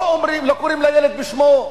לא קוראים לילד בשמו.